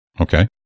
okay